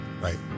Right